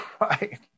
Right